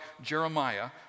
jeremiah